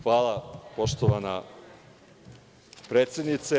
Hvala poštovana predsednice.